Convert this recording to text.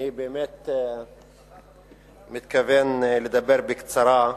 אני באמת מתכוון לדבר בקצרה.